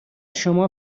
شما